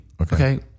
okay